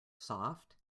soft